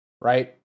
Right